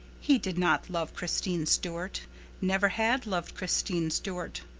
he did not love christine stuart never had loved christine stuart.